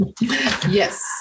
Yes